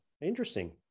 Interesting